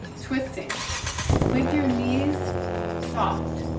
and twisting with your knees soft.